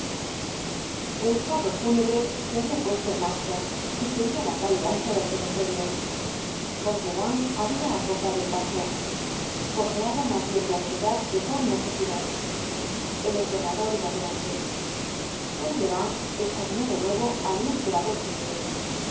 el carro fúnebre se habia puesto en marcha y seguia la calle ancha del cementerio fauchelevent habia acortado el paso cojeaba mas bien de ansiedad que por necesidad el enterrador iba delante fauchelevent examinó de nuevo al inesperado